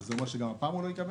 זה אומר שגם הפעם הוא לא יקבל?